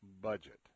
budget